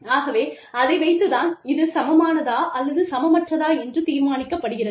ஆகவே அதை வைத்துத் தான் இது சமமானதா அல்லது சமமற்றதா என்று தீர்மானிக்கப்படுகிறது